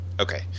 Okay